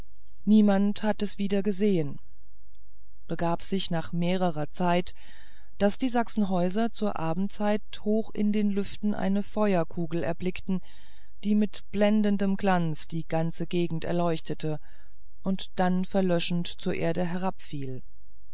niemand hat es wieder gesehen begab sich nach mehrerer zeit daß die sachsenhäuser zur abendzeit hoch in den lüften eine feuerkugel erblickten die mit blendendem glanz die ganze gegend erleuchtete und dann verlöschend zur erde